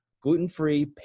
gluten-free